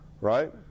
right